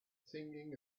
singing